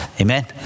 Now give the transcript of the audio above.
Amen